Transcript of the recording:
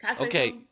okay